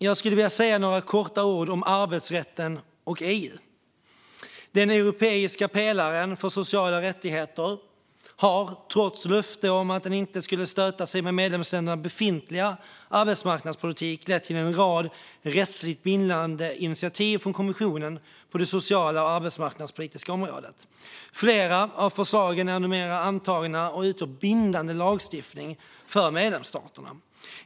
Jag skulle vilja säga några korta ord om arbetsrätten och EU. Den europeiska pelaren för sociala rättigheter har, trots löfte om att den inte skulle stöta sig med medlemsländernas befintliga arbetsmarknadspolitik, lett till en rad rättsligt bindande initiativ från kommissionen på det sociala och arbetsmarknadspolitiska området. Flera av förslagen är numera antagna och utgör bindande lagstiftning i medlemsstaterna.